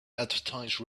advertise